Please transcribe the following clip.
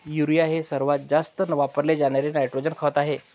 urea हे सर्वात जास्त वापरले जाणारे नायट्रोजन खत आहे